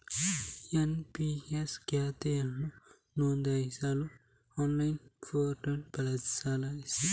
NPS ಖಾತೆಯನ್ನು ನೋಂದಾಯಿಸಲು online portal ಬಳಸಿ